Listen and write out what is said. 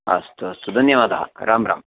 अस्तु अस्तु धन्यवादाः राम राम